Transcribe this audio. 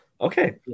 Okay